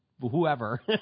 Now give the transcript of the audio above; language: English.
whoever